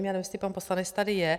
Nevím, jestli pan poslanec tady je.